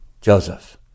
Joseph